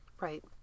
Right